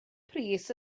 pris